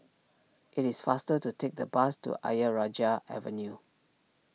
it is faster to take the bus to Ayer Rajah Avenue